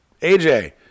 AJ